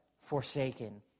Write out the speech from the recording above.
forsaken